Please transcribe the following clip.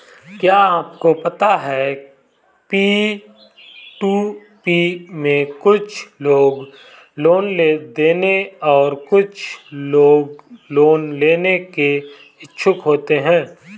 क्या आपको पता है पी.टू.पी में कुछ लोग लोन देने और कुछ लोग लोन लेने के इच्छुक होते हैं?